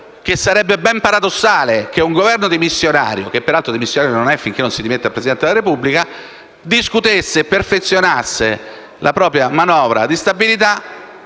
che sarebbe ben paradossale che un Governo dimissionario - che peraltro tale non è, finché non si dimette davanti al Presidente della Repubblica - discutesse e perfezionasse la propria manovra di stabilità,